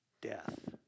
death